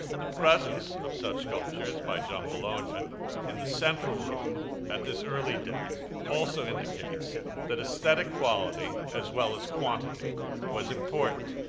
the presence of such sculptures by john bologna ah in the central room at this early date also indicates that aesthetic quality as well as quantity was important.